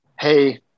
hey